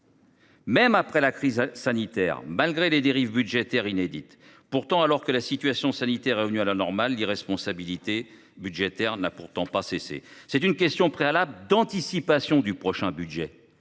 même après la crise sanitaire, malgré des dérives budgétaires inédites. Pourtant, alors que la situation sanitaire est revenue à la normale, l’irresponsabilité budgétaire n’a pas cessé. C’est une motion d’anticipation par rapport au prochain budget.